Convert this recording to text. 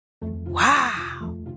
Wow